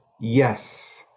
yes